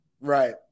right